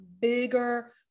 bigger